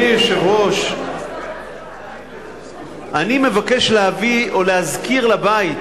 אדוני היושב-ראש, אני מבקש להביא או להזכיר לבית